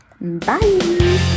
Bye